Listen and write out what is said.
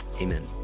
Amen